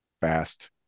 fast